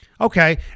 Okay